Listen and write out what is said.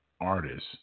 artists